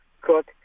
Cook